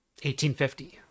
1850